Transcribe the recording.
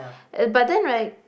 uh but then right